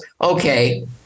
Okay